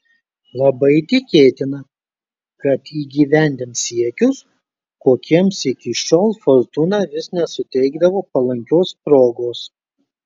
labai tikėtina kad įgyvendins siekius kokiems iki šiol fortūna vis nesuteikdavo palankios progos